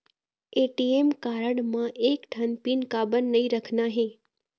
ATM card म एक ठन पिन काबर नई रखना हे?